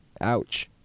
Ouch